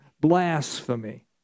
Blasphemy